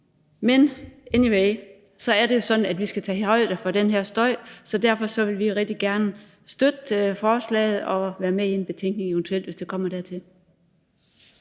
Men anyway er det jo sådan, at vi skal tage højde for den her støj, og derfor vil vi rigtig gerne støtte forslaget og eventuelt være med i en betænkning, hvis det kommer dertil.